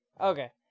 Okay